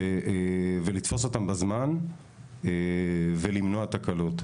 לתפוס אותם בזמן ולמנוע תקלות.